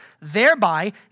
thereby